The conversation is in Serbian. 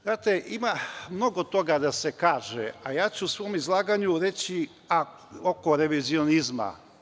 Znate, ima mnogo toga da se kaže, a u svom izlaganju ću reći oko revizionizma.